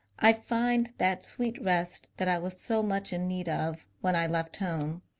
i find that sweet rest that i was so much in need of when i left home,